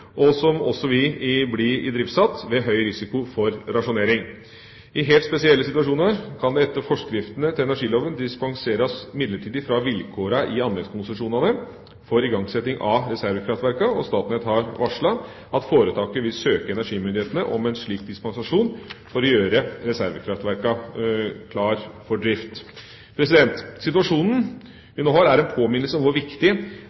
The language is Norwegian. og som også vil bli idriftssatt ved høy risiko for rasjonering. I helt spesielle situasjoner kan det etter forskriftene til energiloven dispenseres midlertidig fra vilkårene i anleggskonsesjonene for igangsetting av reservekraftverkene. Statnett har varslet at foretaket vil søke energimyndighetene om en slik dispensasjon for å gjøre reservekraftverkene klare for drift. Situasjonen vi nå har, er en påminnelse om hvor viktig